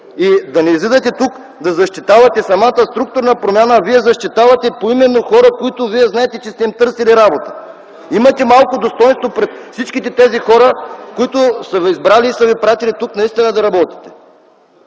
и да не излизате тук да защитавате самата структурна промяна. Вие защитавате поименно хора, на които вие знаете, че сте им търсили работа! Имайте малко достойнство пред всичките тези хора, които са ви избрали и са ви изпратили тук наистина да работите!